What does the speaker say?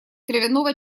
травяного